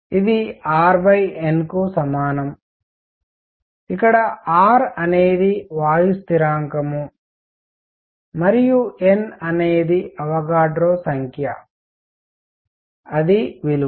ఇది R N కు సమానం ఇక్కడ R అనేది వాయు స్థిరాంకం మరియు N అనేది అవోగాడ్రో సంఖ్య అది విలువ